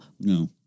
no